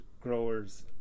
growers